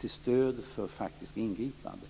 som stöd för faktiska ingripanden.